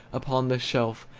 upon the shelf,